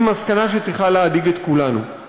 היא מסקנה שצריכה להדאיג את כולנו.